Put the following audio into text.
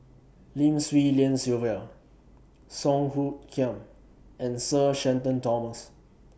Lim Swee Lian Sylvia Song Hoot Kiam and Sir Shenton Thomas